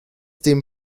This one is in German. dem